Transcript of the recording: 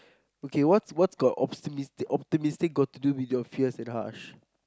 okay what's what's got optimistic optimistic got to do with your fierce and harsh